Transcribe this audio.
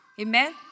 Amen